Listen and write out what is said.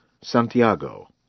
Santiago